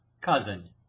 cousin